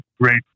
great